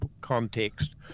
context